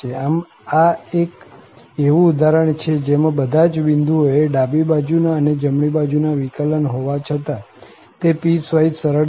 આમ આ એક એવું ઉદાહરણ છે જેમાં બધા જ બિંદુઓ એ ડાબી બાજુ ના અને જમણી બાજુ ના વિકલન હોવા છતાં તે પીસવાઈસ સરળ નથી